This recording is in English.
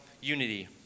unity